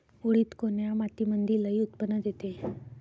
उडीद कोन्या मातीमंदी लई उत्पन्न देते?